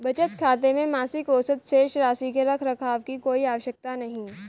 बचत खाते में मासिक औसत शेष राशि के रख रखाव की कोई आवश्यकता नहीं